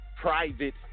private